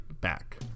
back